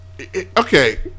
Okay